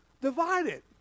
divided